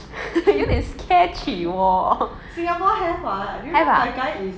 有一点 sketchy wo have ah